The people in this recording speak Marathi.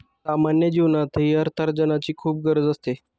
सामान्य जीवनातही अर्थार्जनाची खूप गरज असते